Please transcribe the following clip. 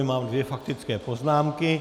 Mám dvě faktické poznámky.